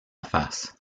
face